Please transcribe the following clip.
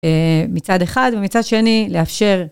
מצד אחד, ומצד שני, לאפשר...